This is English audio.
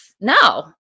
no